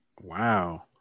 Wow